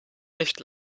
nicht